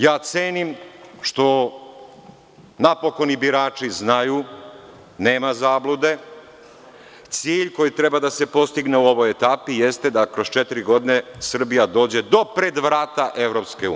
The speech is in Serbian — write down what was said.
Ja cenim što napokon i birači znaju, nema zablude, cilj koji treba da se postigne u ovoj etapi jeste da kroz četiri godine Srbija dođe do pred vrata EU.